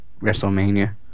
WrestleMania